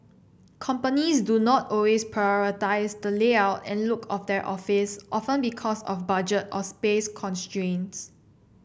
companies do not always prioritise the layout and look of their office often because of budget or space constraints